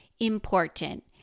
important